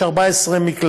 יש 14 מקלטים,